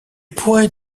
pourrait